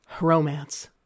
Romance